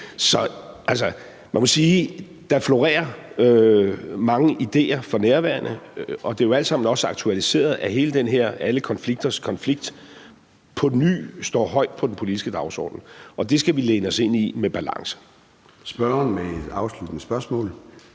Så man må sige, at der florerer mange idéer for nærværende, og det er jo alt sammen også aktualiseret af, at hele den her konflikt, alle konflikters konflikt, på ny står højt på den politiske dagsorden, og det skal vi læne os ind i med balance. Kl. 13:07 Formanden (Søren